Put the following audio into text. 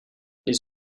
les